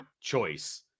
choice